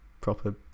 proper